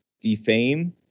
defame